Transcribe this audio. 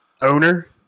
owner